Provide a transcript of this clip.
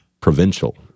provincial